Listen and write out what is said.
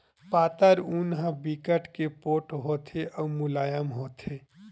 पातर ऊन ह बिकट के पोठ होथे अउ मुलायम होथे